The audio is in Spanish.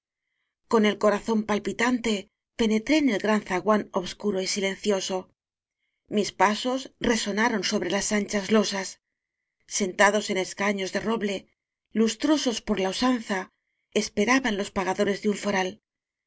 con el corazón palpitante penetré en el gran zaguán obscuro y silencioso mis pasos resonaron sobre las anchas losas sentados en escaños de roble lustrosos por la usanza es peraban los pagadores de un foral